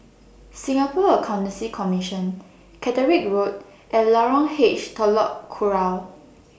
Singapore Accountancy Commission Caterick Road and Lorong H Telok Kurau